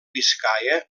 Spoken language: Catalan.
biscaia